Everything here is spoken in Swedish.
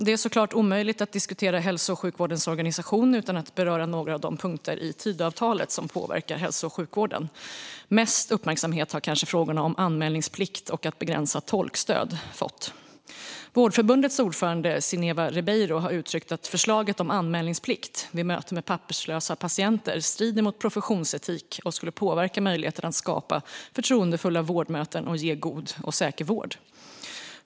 Det är såklart omöjligt att diskutera hälso och sjukvårdens organisation utan att beröra några av de punkter i Tidöavtalet som påverkar hälso och sjukvården. Mest uppmärksamhet har kanske frågorna om anmälningsplikt och begränsat tolkstöd fått. Vårdförbundets ordförande Sineva Ribeiro har uttryckt att förslaget om anmälningsplikt vid möte med papperslösa patienter strider mot professionsetik och skulle påverka möjligheterna att skapa förtroendefulla vårdmöten och ge god och säker vård.